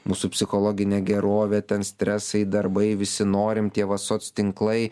mūsų psichologinė gerovė ten stresai darbai visi norim tie va soctinklai